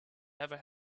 never